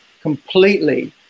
completely